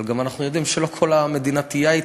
אבל אנחנו גם יודעים שלא כל המדינה תהיה היי-טק,